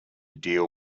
deal